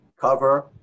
cover